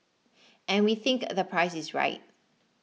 and we think the price is right